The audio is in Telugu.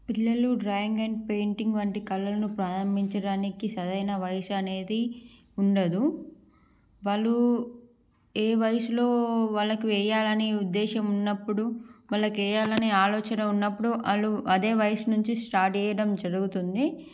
పిల్లలు డ్రాయింగ్ అండ్ పెయింటింగ్ వంటి కళలను ప్రారంభించడానికి సరైన వయసు అనేది ఉండదు వాళ్ళు ఏ వయసులో వాళ్ళకి వేయాలని ఉద్దేశం ఉన్నప్పుడు వాళ్ళకి వేయాలనే ఆలోచన ఉన్నప్పుడు వాళ్ళు అదే వయసు నుంచి స్టార్ట్ చేయడం జరుగుతుంది